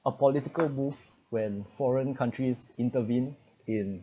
a political move when foreign countries intervene in